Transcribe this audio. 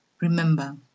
remember